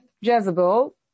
Jezebel